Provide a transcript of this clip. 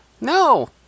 No